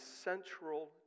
central